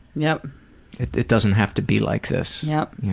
yeah it it doesn't have to be like this. yeah